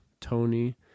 Tony